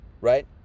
right